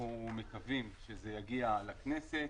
אנחנו מקווים שזה יגיע לכנסת,